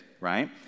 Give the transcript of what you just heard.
right